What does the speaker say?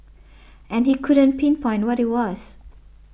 and he couldn't pinpoint what it was